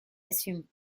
assume